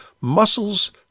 muscles